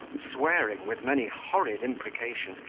swearing, with many horrid imprecations,